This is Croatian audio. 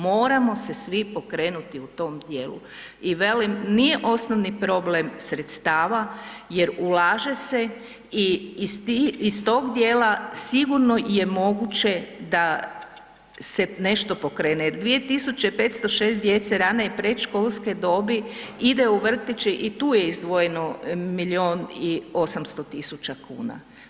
Moramo se svi pokrenuti u tom dijelu i velim nije osnovni problem sredstava jer ulaže se i iz tog dijela sigurno je moguće da se nešto pokrene jer 2506 djece rane je predškolske dobi, ide u vrtiće i tu je izdvojeno milijun i 800 tisuća kuna.